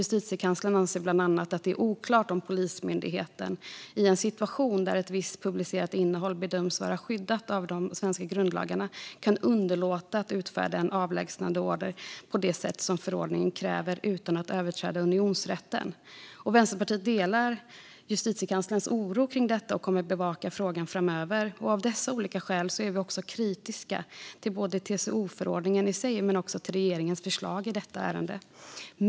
Justitiekanslern anser bland annat att det är oklart om Polismyndigheten i en situation där ett visst publicerat innehåll bedöms vara skyddat av de svenska grundlagarna kan underlåta att utfärda en avlägsnandeorder på det sätt som förordningen kräver utan att överträda unionsrätten. Vänsterpartiet delar Justitiekanslerns oro när det gäller detta och kommer att bevaka frågan framöver. Vi är därför också kritiska till TCO-förordningen i sig och till regeringens förslag i detta ärende.